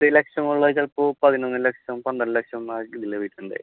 പത്ത് ലക്ഷമെന്നുള്ളത് ചിലപ്പോൾ പതിനൊന്ന് ലക്ഷം പന്ത്രണ്ട് ലക്ഷം